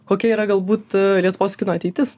kokia yra galbūt lietuvos kino ateitis